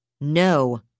No